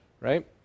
Right